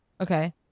Okay